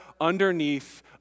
underneath